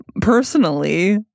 personally